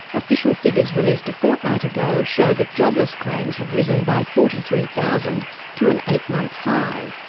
official figures released a fortnight ago show that jobless claims had risen by forty three thousand to an eight month high.